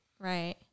Right